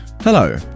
Hello